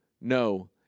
No